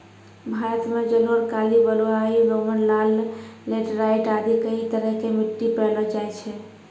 भारत मॅ जलोढ़, काली, बलुआही, दोमट, लाल, लैटराइट आदि कई तरह के मिट्टी पैलो जाय छै